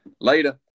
Later